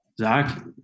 Zach